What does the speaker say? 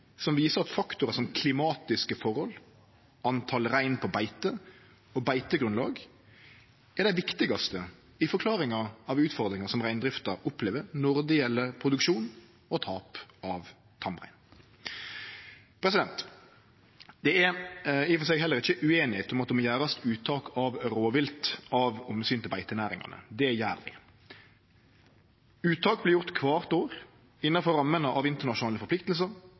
som viser at faktorar som klimatiske forhold, talet på rein på beite og beitegrunnlag er det viktigaste i forklaringa av utfordringar som reindrifta opplever når det gjeld produksjon og tap av tamrein. Det er i og for seg heller ikkje ueinigheit om at det må gjerast uttak av rovvilt, av omsyn til beitenæringane. Det gjer vi. Uttak vert gjorde kvart år, innanfor rammene av internasjonale